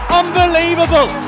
unbelievable